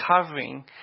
covering